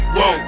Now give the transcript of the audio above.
Whoa